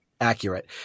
accurate